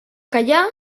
callar